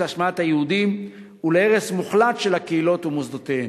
להשמדת היהודים ולהרס מוחלט של הקהילות ומוסדותיהן.